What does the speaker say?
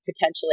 potentially